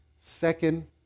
second